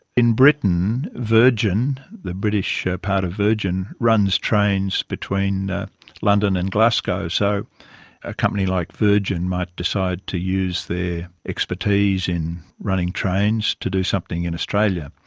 in britain, virgin, the british part of virgin runs trains between london and glasgow, so a company like virgin might decide to use their expertise in running trains to do something in australia.